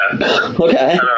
Okay